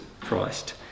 Christ